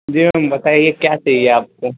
जी ma'am बताइए क्या चाहिए आपको